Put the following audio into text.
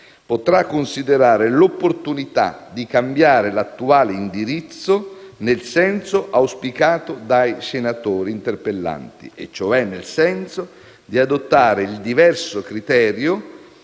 potrà considerare l'opportunità di cambiare l'attuale indirizzo nel senso auspicato dai senatori interpellanti, e cioè nel senso di adottare il diverso criterio